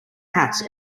hats